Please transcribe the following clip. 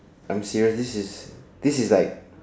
I am seriously serious this is like